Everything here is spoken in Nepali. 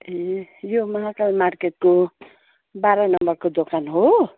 ए यो महाकाल मार्केटको बाह्र नम्बरको दोकान हो